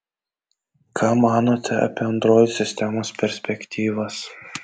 ką manote apie android sistemos perspektyvas